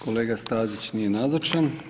Kolega Stazić nije nazočan.